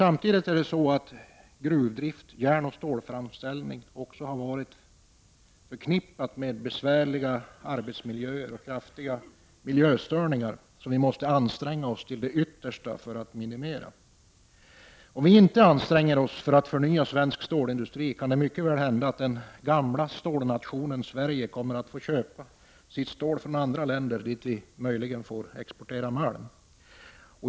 Samtidigt har gruvdrift, järnoch stålframställning varit förknippade med besvärliga arbetsmiljöer och kraftiga miljöstörningar. Vi måste anstränga oss till det yttersta för att minimera dessa. Om vi inte anstränger oss för att förnya svensk stålindustri, kan det mycket väl hända att den gamla stålnationen Sverige kommer att få köpa sitt stål från andra länder, dit vi möjligen får exportera malm.